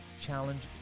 challenge